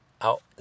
out